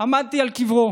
עמדתי על קברו